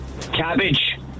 Cabbage